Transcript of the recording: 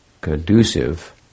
conducive